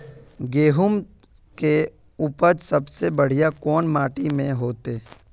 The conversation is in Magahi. गेहूम के उपज सबसे बढ़िया कौन माटी में होते?